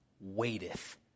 waiteth